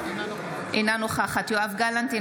אינה נוכחת יואב גלנט,